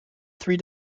three